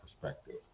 perspective